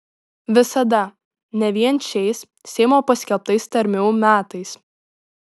visada ne vien šiais seimo paskelbtais tarmių metais